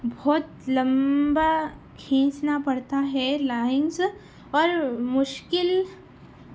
بہت لمبا کھینچنا پڑتا ہے لائنس اور مشکل